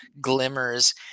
glimmers